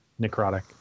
Necrotic